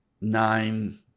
nine